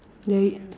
the